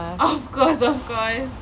of course of course